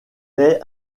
est